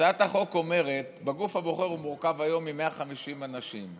הצעת החוק אומרת: הגוף הבוחר מורכב היום מ-150 אנשים,